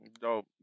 Dope